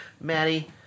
maddie